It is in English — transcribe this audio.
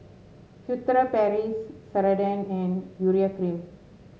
Furtere Paris Ceradan and Urea Cream